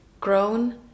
grown